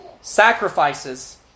Sacrifices